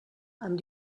amb